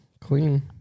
clean